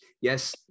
Yes